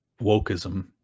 Wokeism